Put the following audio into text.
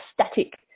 static